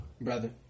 brother